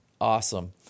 awesome